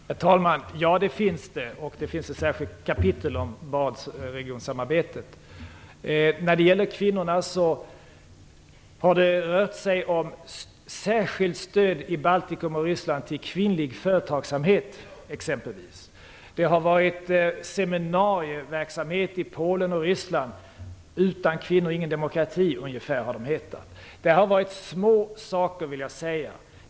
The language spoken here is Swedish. Herr talman! Ja, det finns det. Det finns ett särskilt kapitel om Barentsregionsamarbetet. När det gäller kvinnorna vill jag säga att det har rört sig om ett särskilt stöd i Baltikum och Ryssland till kvinnlig företagsamhet. Det har varit stöd till seminarieverksamhet i Polen och Ryssland. De har hetat "Utan kvinnor ingen demokrati" eller något liknande. Det här har varit små saker, vill jag säga.